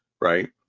Right